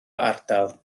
ardal